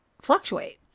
fluctuate